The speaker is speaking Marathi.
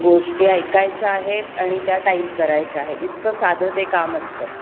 गोष्टी ऐकायच्या आहेत आणि त्या टाईप करायच्या आहेत इतकं साधं ते काम असतं